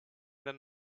their